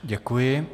Děkuji.